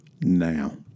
now